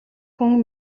хүн